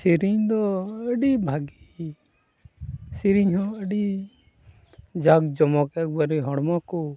ᱥᱮᱨᱮᱧ ᱫᱚ ᱟᱹᱰᱤ ᱵᱷᱟᱹᱜᱤ ᱥᱮᱨᱮᱮᱧ ᱦᱚᱸ ᱟᱹᱰᱤ ᱡᱟᱠ ᱡᱚᱢᱚᱠ ᱮᱠᱵᱟᱨᱮ ᱦᱚᱲᱢᱚᱠᱚ